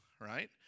right